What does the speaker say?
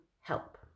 help